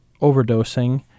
overdosing